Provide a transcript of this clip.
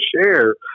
share